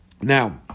Now